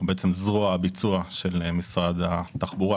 אנחנו זרוע הביצוע של משרד התחבורה